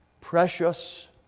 precious